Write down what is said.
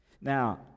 Now